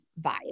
vibe